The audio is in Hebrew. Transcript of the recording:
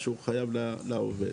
שהוא חייב לעובד.